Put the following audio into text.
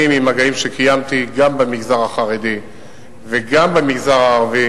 ממגעים שקיימתי גם במגזר החרדי וגם במגזר הערבי,